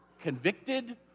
convicted